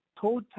total